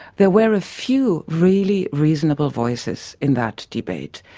there were a few really reasonable voices in that debate,